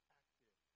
active